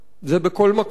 זה בכל מקום.